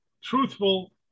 truthful